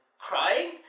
crying